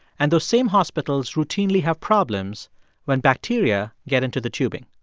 and those same hospitals routinely have problems when bacteria get into the tubing.